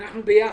אנחנו ביחד.